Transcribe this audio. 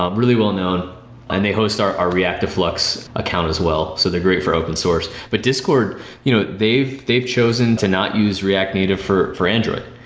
um really well-known and they host our our reactive flux account as well, so they're great for open source. but discord you know they've they've chosen to not use react native for for android.